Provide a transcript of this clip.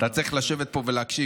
אתה צריך לשבת פה ולהקשיב.